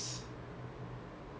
oh okay K K